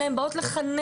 אלא הן באות לחנך,